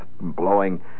blowing